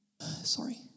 sorry